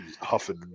huffing